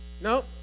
No